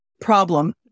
problem